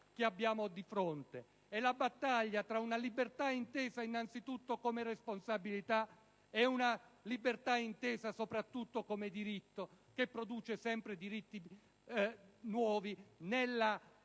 che abbiamo di fronte. È la battaglia tra una libertà intesa soprattutto come responsabilità e una libertà intesa soprattutto come diritto che produce sempre diritti nuovi,